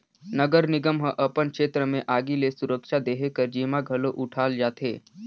नगर निगम ह अपन छेत्र में आगी ले सुरक्छा देहे कर जिम्मा घलो उठाल जाथे